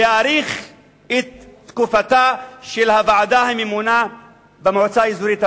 להאריך את תקופתה של הוועדה הממונה במועצה האזורית אבו-בסמה.